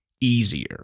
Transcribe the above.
easier